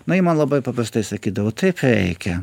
na jis man labai paprastai sakydavo taip reikia